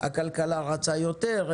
הכלכלה רצה יותר,